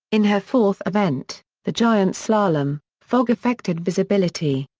in her fourth event, the giant slalom, fog affected visibility.